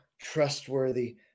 trustworthy